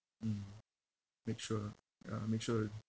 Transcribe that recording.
mm make sure ya make sure